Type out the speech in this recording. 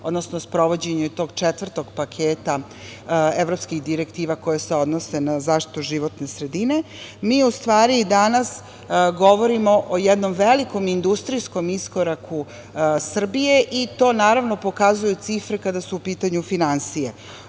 odnosno sprovođenje tog četvrtog paketa evropskih direktiva, koje se odnose na zaštitu životne sredine. Mi u stvari danas govorimo o jednom velikom industrijskom iskoraku Srbije i to naravno, pokazuju cifre, kada su u pitanju finansije. Ono